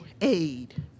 aid